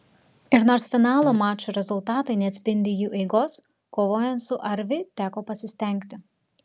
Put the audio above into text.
ir nors finalo mačų rezultatai neatspindi jų eigos kovojant su arvi teko pasistengti